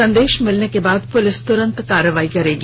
संदेश मिलने के बाद पुलिस तुरंत कार्रवाई करेगी